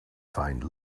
find